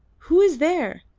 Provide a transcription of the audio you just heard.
who is there?